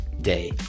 day